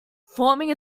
forming